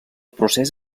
procés